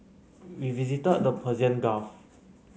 we visited the Persian Gulf